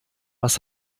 was